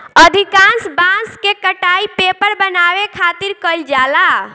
अधिकांश बांस के कटाई पेपर बनावे खातिर कईल जाला